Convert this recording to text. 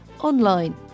online